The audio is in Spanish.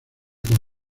con